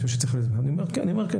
אני אומר כן.